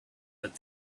but